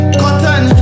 cotton